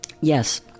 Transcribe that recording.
yes